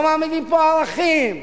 לא מעמידים ערכים.